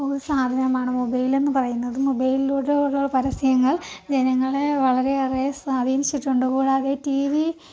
സാധനമാണ് മൊബൈലെന്ന് പറയുന്നത് മൊബൈലിലൂടെയുള്ള പരസ്യങ്ങൾ ജനങ്ങളെ വളരെയേറെ സ്വാധീനിച്ചിട്ടുണ്ട് കൂടാതെ ടി വി